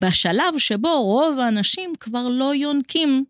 בשלב שבו רוב האנשים כבר לא יונקים.